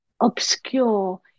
obscure